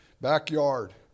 backyard